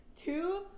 two